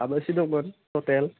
साबेसे दंमोन टटेल